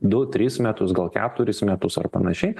du tris metus gal keturis metus ar panašiai